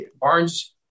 Barnes